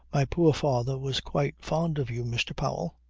my poor father was quite fond of you, mr. powell.